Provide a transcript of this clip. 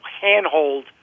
handhold